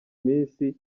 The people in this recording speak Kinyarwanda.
minsi